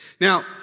Now